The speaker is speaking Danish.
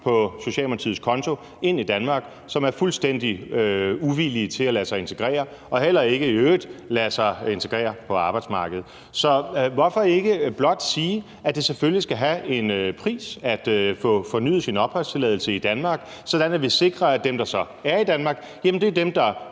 på Socialdemokratiets konto, som er fuldstændig uvillige til at lade sig integrere og i øvrigt heller ikke lader sig integrere på arbejdsmarkedet. Så hvorfor ikke blot sige, at det selvfølgelig skal have en pris at få fornyet sin opholdstilladelse i Danmark, sådan at vi sikrer, at dem, der så er i Danmark, er dem, der